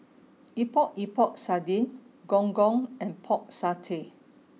Epok Epok Sardin Gong Gong and Pork Satay